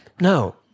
No